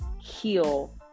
heal